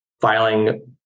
filing